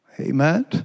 Amen